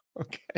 Okay